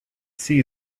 see